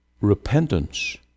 Repentance